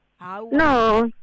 No